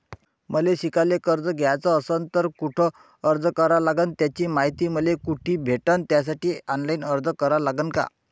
मले शिकायले कर्ज घ्याच असन तर कुठ अर्ज करा लागन त्याची मायती मले कुठी भेटन त्यासाठी ऑनलाईन अर्ज करा लागन का?